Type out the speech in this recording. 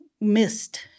missed